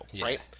right